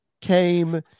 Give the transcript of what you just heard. came